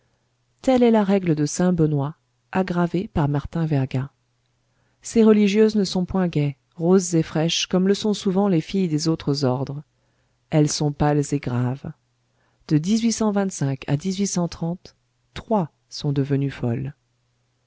telle est la règle de saint benoît aggravée par martin verga ces religieuses ne sont point gaies roses et fraîches comme le sont souvent les filles des autres ordres elles sont pâles et graves de à trois sont devenues folles